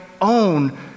own